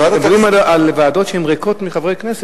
מדברים על ועדות שהן ריקות מחברי כנסת,